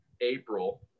April